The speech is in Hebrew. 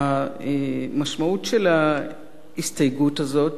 המשמעות של ההסתייגויות הזאת היא פשוט